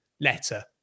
letter